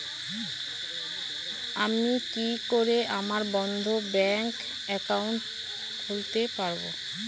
আমি কি করে আমার বন্ধ ব্যাংক একাউন্ট খুলতে পারবো?